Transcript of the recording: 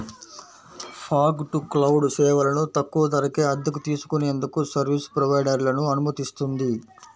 fog to cloud సేవలను తక్కువ ధరకే అద్దెకు తీసుకునేందుకు సర్వీస్ ప్రొవైడర్లను అనుమతిస్తుంది